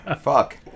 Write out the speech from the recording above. fuck